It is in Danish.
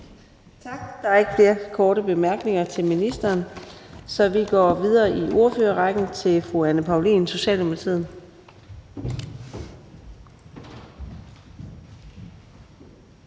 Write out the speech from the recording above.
Tak. Der er ikke flere korte bemærkninger til ministeren, så vi går i gang med ordførerrækken. Fru Anne Paulin fra Socialdemokratiet,